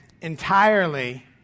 entirely